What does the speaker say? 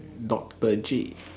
doctor J